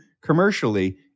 commercially